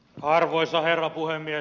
arvoisa herra puhemies